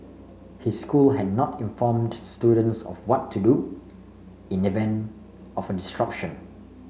his school had not informed students of what to do in event of distraction